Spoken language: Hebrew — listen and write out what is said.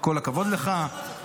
וכל הכבוד לך.